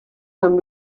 amb